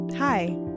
Hi